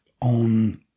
on